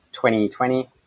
2020